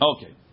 Okay